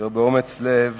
שבאומץ לב